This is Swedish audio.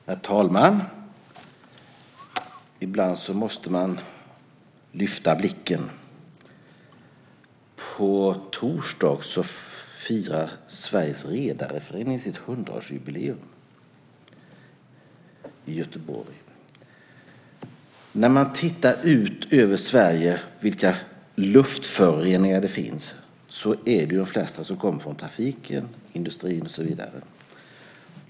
Herr talman! Ibland måste man lyfta blicken. På torsdag firar Sveriges Redareförening sitt 100-årsjubileum i Göteborg. När man tittar på hur det ser ut i Sverige ser man att de flesta luftföroreningarna kommer från trafiken, industrin och så vidare.